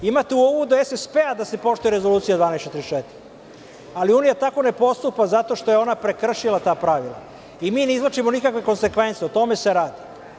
Imate u uvodu SSP da se poštuje Rezolucija 1244, ali unija tako ne postupa zato što je ona prekršila ta pravila i mi ne izvlačimo nikakve konsekvence, o tome se radi.